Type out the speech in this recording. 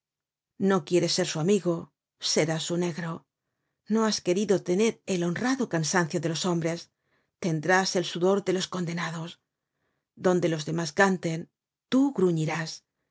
no quieres ser su amigo serás su negro no has querido tener el honrado cansancio de los hombres tendrás el sudor de los condenados donde los demás canten tú gruñirás